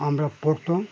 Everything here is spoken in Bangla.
আমরা পড়তম